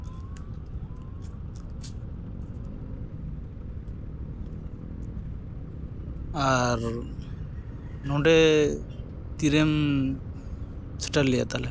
ᱟᱨ ᱱᱚᱸᱰᱮ ᱛᱤᱨᱮᱢ ᱥᱮᱴᱮᱨ ᱞᱮᱭᱟ ᱛᱟᱞᱦᱮ